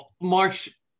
March